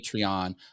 Patreon